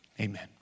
Amen